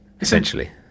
Essentially